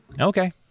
okay